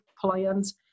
plans